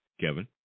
Kevin